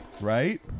Right